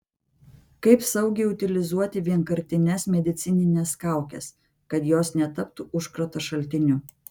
kaip saugiai utilizuoti vienkartines medicinines kaukes kad jos netaptų užkrato šaltiniu